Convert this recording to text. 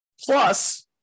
Plus